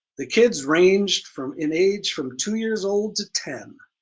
the kids ranged from in age from two-years-old to ten.